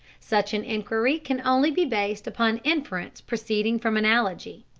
such an inquiry can only be based upon inference proceeding from analogy.